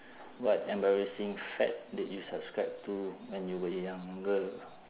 what embarrassing fad did you subscribe to when you were younger